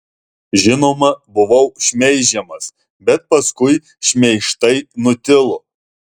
žinoma buvau šmeižiamas bet paskui šmeižtai nutilo